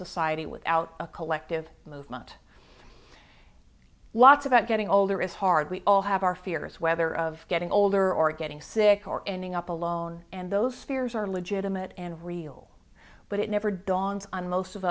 society without a collective movement was about getting older is hardly all have our fears whether of getting older or getting sick or ending up alone and those fears are legitimate and real but it never dawned on most of